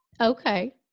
Okay